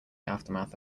aftermath